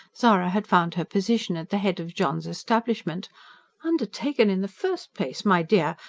zara had found her position at the head of john's establishment undertaken in the first place, my dear,